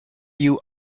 you